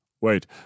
Wait